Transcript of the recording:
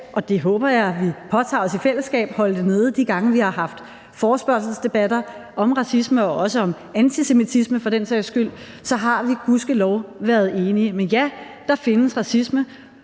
og det håber jeg at vi påtager os i fællesskab – holde det nede. De gange, vi har haft forespørgselsdebatter om racisme og også om antisemitisme for den sags skyld, har vi gudskelov være enige. Men ja, der findes racisme,